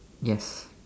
yes